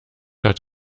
hat